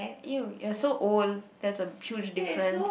!eww! you're so old that's a huge difference